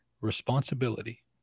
responsibility